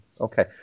Okay